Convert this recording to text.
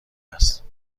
است